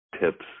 tips